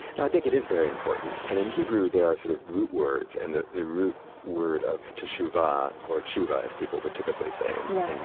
no, i think it is very important. and in hebrew, there are sort of root words, and the the root word of teshuvah or chu-va, as people would typically say it, and yeah, and